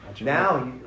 Now